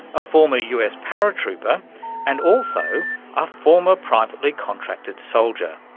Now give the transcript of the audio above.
a former us paratrooper and also a former privately contracted soldier.